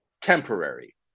temporary